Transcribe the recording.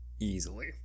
Easily